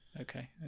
okay